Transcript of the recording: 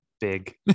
big